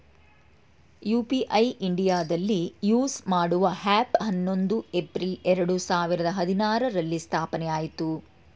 UPI ಇಂಡಿಯಾದಲ್ಲಿ use ಮಾಡುವ app ಹನ್ನೊಂದು ಏಪ್ರಿಲ್ ಎರಡು ಸಾವಿರದ ಹದಿನಾರುರಲ್ಲಿ ಸ್ಥಾಪನೆಆಯಿತು